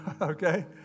Okay